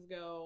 go